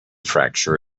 fracture